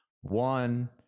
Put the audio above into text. One